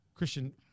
Christian